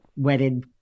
Wedded